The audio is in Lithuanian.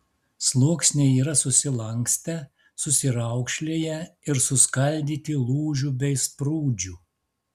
sluoksniai yra susilankstę susiraukšlėję ir suskaldyti lūžių bei sprūdžių